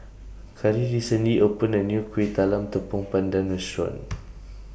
Kari recently opened A New Kuih Talam Tepong Pandan Restaurant